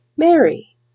Mary